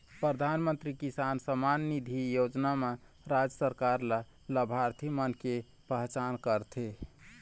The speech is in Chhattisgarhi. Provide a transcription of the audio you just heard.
परधानमंतरी किसान सम्मान निधि योजना म राज सरकार ल लाभार्थी मन के पहचान करथे